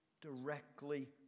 directly